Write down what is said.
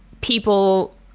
people